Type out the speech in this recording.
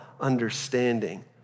Understanding